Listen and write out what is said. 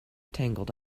tangled